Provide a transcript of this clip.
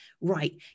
right